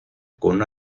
con